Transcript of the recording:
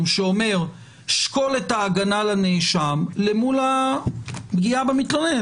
שאומר: שקול את ההגנה לנאשם למול הפגיעה במתלוננת.